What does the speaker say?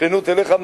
בשכנות אליך,